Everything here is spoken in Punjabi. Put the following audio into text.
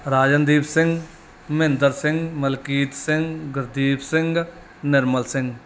ਰਾਜਨਦੀਪ ਸਿੰਘ ਮਹਿੰਦਰ ਸਿੰਘ ਮਲਕੀਤ ਸਿੰਘ ਗੁਰਦੀਪ ਸਿੰਘ ਨਿਰਮਲ ਸਿੰਘ